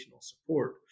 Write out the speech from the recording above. support